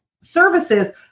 services